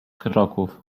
kroków